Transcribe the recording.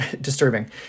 disturbing